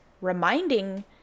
reminding